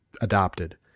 adopted